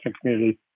community